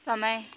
समय